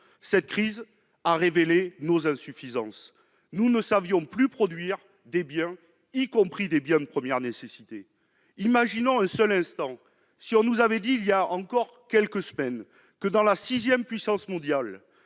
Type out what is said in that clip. cette crise a révélé nos insuffisances. Nous ne savons plus produire certains biens, y compris des biens de première nécessité. Imaginons un seul instant notre réaction si l'on nous avait dit, il y a seulement quelques semaines, que, dans la sixième puissance mondiale,